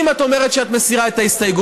אם את אומרת שאת מסירה את ההסתייגות,